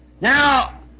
Now